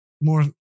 more